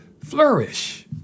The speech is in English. flourish